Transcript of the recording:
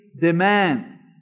demands